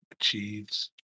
achieves